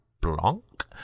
Blanc